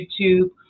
youtube